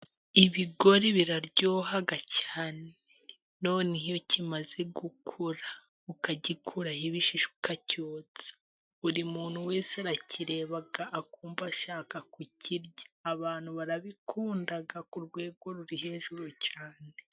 Ibigori biraryoha cyane, noneho iyo kimaze gukura ukagikuraho ibishishwa ukacyotsa buri muntu wese arakireba akumva ashaka kukirya, abantu barabikunda ku rwego ruri hejuru cyane.